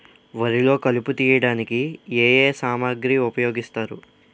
వరిలో కలుపు తియ్యడానికి ఏ ఏ సామాగ్రి ఉపయోగిస్తారు?